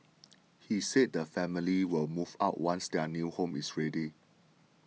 he said the family will move out once their new home is ready